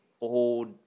old